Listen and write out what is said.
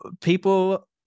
people